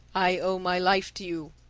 i owe my life to you.